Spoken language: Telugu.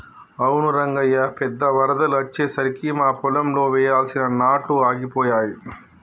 అవును రంగయ్య పెద్ద వరదలు అచ్చెసరికి మా పొలంలో వెయ్యాల్సిన నాట్లు ఆగిపోయాయి